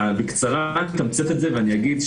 בקצרה אני אתמצת את זה ואני אגיד,